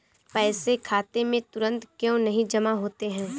पैसे खाते में तुरंत क्यो नहीं जमा होते हैं?